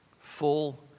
Full